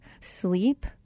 sleep